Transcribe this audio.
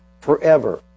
forever